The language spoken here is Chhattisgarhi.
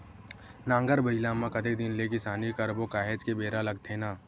नांगर बइला म कतेक दिन ले किसानी करबो काहेच के बेरा लगथे न